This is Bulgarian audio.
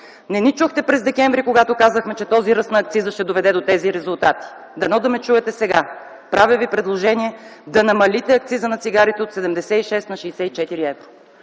Не ни чухте през м. декември, когато казахме, че този ръст на акциза ще доведе до тези резултати. Дано да ме чуете сега. Правя Ви предложение да намалите акциза на цигарите от 76 на 64 евро